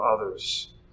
others